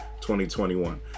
2021